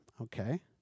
Okay